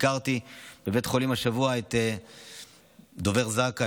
ביקרתי בבית חולים השבוע את דובר זק"א,